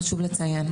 חשוב לציין.